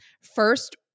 first